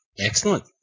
Excellent